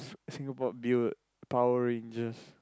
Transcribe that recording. Si~ Singapore build Power-Rangers